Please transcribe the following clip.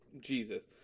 jesus